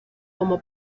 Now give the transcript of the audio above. como